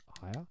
higher